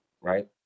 right